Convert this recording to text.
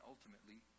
ultimately